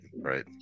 right